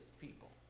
people